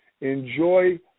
Enjoy